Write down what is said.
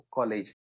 College